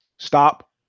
Stop